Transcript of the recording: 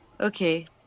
Okay